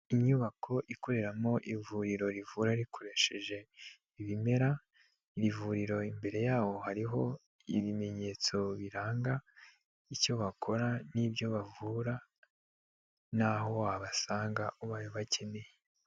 Inyubako ikoreramo ivuriro rivura rikoresheje ibimera, iri vuriro imbere yaho hariho ibimenyetso biranga icyo bakora n'ibyo bavura n'aho wabasanga ubaye ubakeneye.